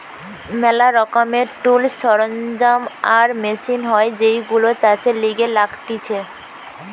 ম্যালা রকমের টুলস, সরঞ্জাম আর মেশিন হয় যেইগুলো চাষের লিগে লাগতিছে